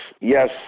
yes